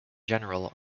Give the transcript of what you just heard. general